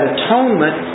atonement